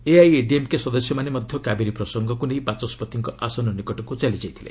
ଏଆଇଏଡିଏମ୍କେ ସଦସ୍ୟମାନେ ମଧ୍ୟ କାବେରୀ ପ୍ରସଙ୍ଗକୁ ନେଇ ବାଚସ୍କତିଙ୍କ ଆସନ ନିକଟକୁ ଚାଲିଯାଇଥିଲେ